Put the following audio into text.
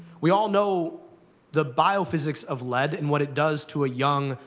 we all know the biophysics of lead, and what it does to a young,